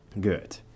good